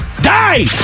Die